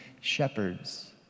shepherds